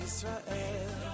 Israel